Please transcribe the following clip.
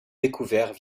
découverts